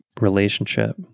relationship